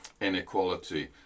inequality